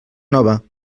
nova